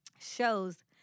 shows